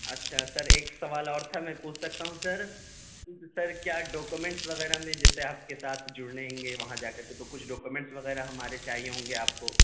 اچھا سر ایک سوال اور تھا میں پوچھ سکتا ہوں سر اس سر کیا ڈاکومنٹس وغیرہ میں جیسے آپ کے ساتھ جڑیں گے وہاں جا کر کے تو کچھ ڈاکومنٹس وغیرہ ہمارے چاہیے ہوں گے آپ کو